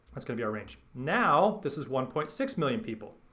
that's gonna be our range. now this is one point six million people.